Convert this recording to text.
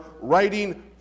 writing